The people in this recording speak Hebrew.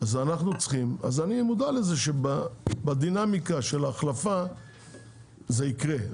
אז אני מודע לזה שבדינמיקה של ההחלפה זה יקרה,